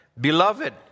Beloved